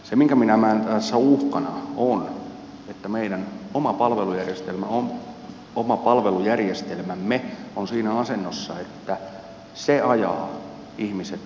se minkä minä näen tässä uhkana on että meidän oma palvelujärjestelmämme on siinä asennossa että se ajaa ihmiset hakeutumaan toisaalle terveyspalvelujen piiriin